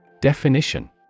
Definition